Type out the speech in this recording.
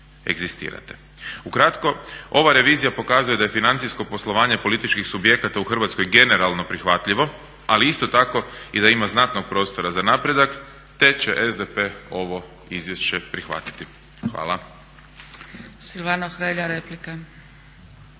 Ukratko ova revizija pokazuje da je financijsko poslovanje političkih subjekata u Hrvatskoj generalno prihvatljivo ali isto tako i da ima znatnog prostora za napredak te će SDP ovo izvješće prihvatiti. Hvala.